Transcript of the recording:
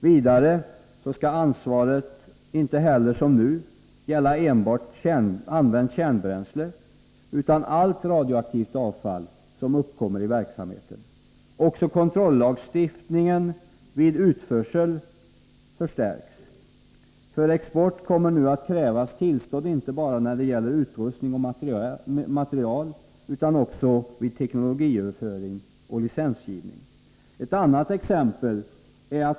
Ansvaret skall inte heller — som nu — gälla enbart använt kärnbränsle utan allt radioaktivt avfall som uppkommer i verksamheten. Också kontrollagstiftningen vid utförsel förstärks. För export kommer nu att krävas tillstånd inte bara när det gäller utrustning och material utan också vid teknologiöverföring och licensgivning.